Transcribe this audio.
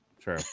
True